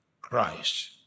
Christ